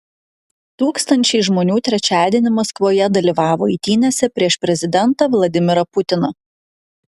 tūkstančiai žmonių trečiadienį maskvoje dalyvavo eitynėse prieš prezidentą vladimirą putiną